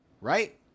Right